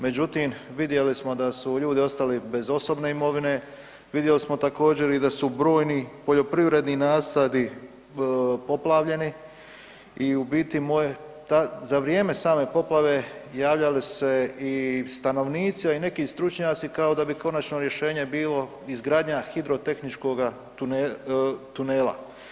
Međutim, vidjeli smo da su ljudi ostali bez osobne imovine, vidjeli smo također i da su brojni poljoprivredni nasadi poplavljeni i u biti moje, za vrijeme same poplave, javljali su se i stanovnici a i neki stručnjaci kao da bi konačno rješenje bilo izgradnja hidro-tehničkoga tunela.